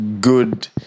good